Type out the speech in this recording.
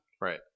right